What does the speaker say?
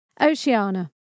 Oceania